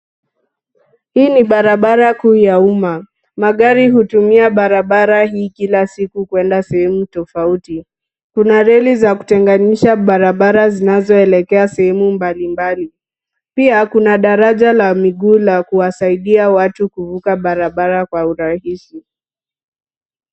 Hii ni barabara kuu ya umma, magari hutumia barabara hii kila siku kwenda sehemu tofauti. Kuna reli za kutenganisha barabara zinazoelekea sehemu mbalimbali. Pia kuna daraja la miguu la kuwasaidia watu kuvuka barabara kwa urahisi.